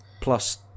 Plus